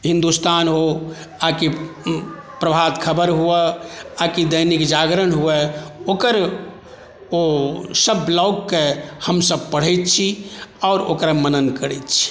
हिन्दुस्तान हो आ कि प्रभात खबर हुए आ कि दैनिक जागरण हुए ओकर ओसभ ब्लॉगकेँ हमसभ पढ़ैत छी आओर ओकर मनन करैत छी